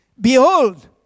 Behold